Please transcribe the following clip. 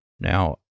Now